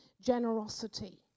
generosity